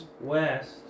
West